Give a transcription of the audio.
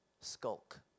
Skulk